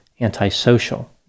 antisocial